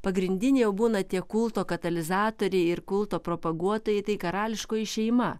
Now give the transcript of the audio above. pagrindiniai jau būna tie kulto katalizatoriai ir kulto propaguotojai tai karališkoji šeima